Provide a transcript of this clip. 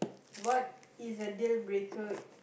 what is a dealbreaker